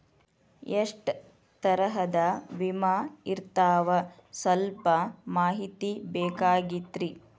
ಎಷ್ಟ ತರಹದ ವಿಮಾ ಇರ್ತಾವ ಸಲ್ಪ ಮಾಹಿತಿ ಬೇಕಾಗಿತ್ರಿ